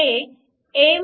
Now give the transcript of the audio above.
हे M